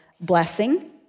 blessing